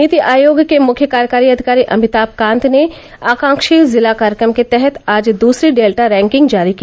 नीति आयोग के मुख्य कार्यकारी अधिकारी अमिताभ कांत ने आकांक्षी जिला कार्यक्रम के तहत आज दूसरी डेल्टा रैंकिंग जारी की